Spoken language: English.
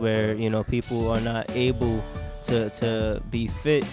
where you know people are not able to be fit